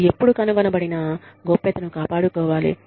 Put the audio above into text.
ఇది ఎప్పుడు కనుగొనబడినా గోప్యతను కాపాడుకోవాలి